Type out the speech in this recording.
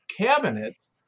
cabinet